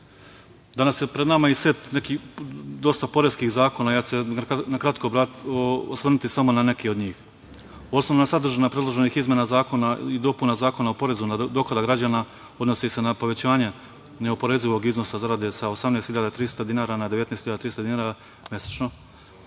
je pred nama i set poreskih zakona, a ja ću se na kratko osvrnuti samo na neke od njih. Osnovna sadržina predloženih izmena i dopuna Zakona o porezu na dohodak građana odnosi se na povećanja neoporezivog iznosa zarade sa 18.300 dinara na 19.300 dinara mesečno,